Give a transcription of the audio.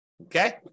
okay